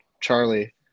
Charlie